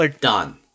Done